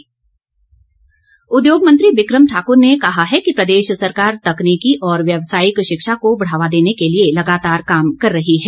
बिक्रम ठाकुर उद्योगमंत्री बिक्रम ठाक्र ने कहा है कि प्रदेश सरकार तकनीकी और व्यवसायिक शिक्षा को बढ़ावा देने के लिए लगातार काम कर रही है